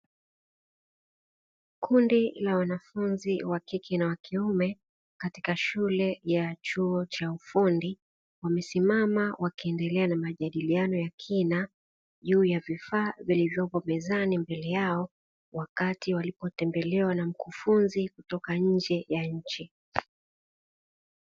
Kundi la wanafunzi wa kike na wa kiume, katika shule ya chuo cha ufundi wamesimama wakiendelea na majadiliano ya kina juu ya vifaa vilivyopo mezani mbele yao wakati walipotembelewa na mkufunzi kutoka nje ya nchi.